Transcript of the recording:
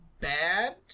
bad